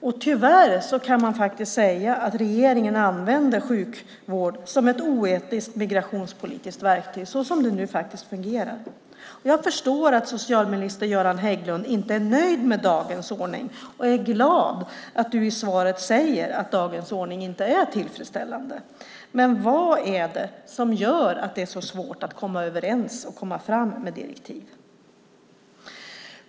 Och tyvärr kan man säga att regeringen använder sjukvård som ett oetiskt migrationspolitiskt verktyg så som det nu fungerar. Jag förstår att socialminister Göran Hägglund inte är nöjd med dagens ordning, och jag är glad att han i svaret säger att dagens ordning inte är tillfredsställande. Men vad är det som gör att det är så svårt att komma överens och komma fram med direktiv?